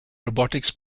robotics